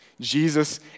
Jesus